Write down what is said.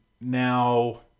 Now